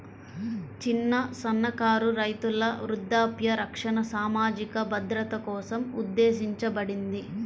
చిన్న, సన్నకారు రైతుల వృద్ధాప్య రక్షణ సామాజిక భద్రత కోసం ఉద్దేశించబడింది